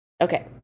Okay